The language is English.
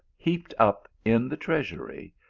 heaped up in the treasury,